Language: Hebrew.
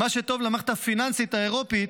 מה שטוב למערכת הפיננסית האירופית,